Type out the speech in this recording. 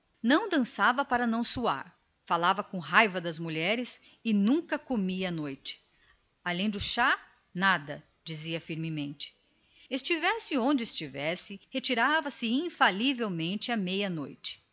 não dançava para não suar falava com raiva das mulheres e nem caindo de fome seria capaz de comer à noite além do chá nada nada protestava com firmeza estivesse onde estivesse havia de retirar-se impreterivelmente à meia-noite